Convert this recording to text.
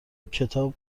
کتاب